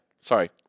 Sorry